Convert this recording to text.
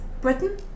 Britain